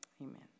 Amen